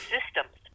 Systems